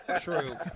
True